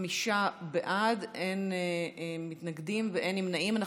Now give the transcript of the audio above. חמישה בעד, אין מתנגדים ואין נמנעים.